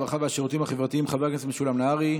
הרווחה והשירותים החברתיים חבר הכנסת משולם נהרי.